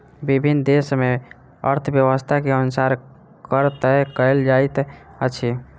विभिन्न देस मे अर्थव्यवस्था के अनुसार कर तय कयल जाइत अछि